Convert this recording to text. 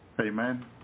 Amen